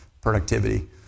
productivity